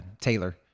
Taylor